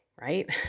right